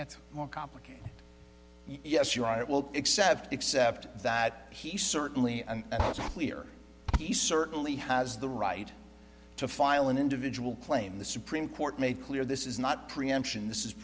gets more complicated yes you're on it well except except that he certainly clear he certainly has the right to file an individual claim the supreme court made clear this is not preemption this is